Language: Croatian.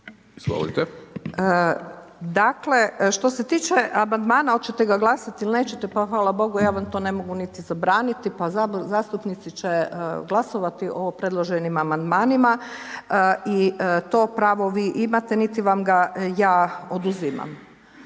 (HDZ)** Dakle, što se tiče Amandmana hoćete ga glasati ili nećete, pa hvala Bogu, ja vam to ne mogu niti zabraniti, pa zastupnici će glasovati o predloženim Amandmanima i to pravo vi imate, niti vam ga ja oduzimam.